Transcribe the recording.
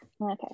Okay